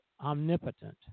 omnipotent